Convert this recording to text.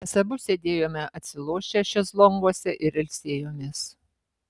mes abu sėdėjome atsilošę šezlonguose ir ilsėjomės